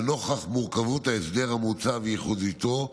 לנוכח מורכבות ההסדר המוצע וייחודיותו,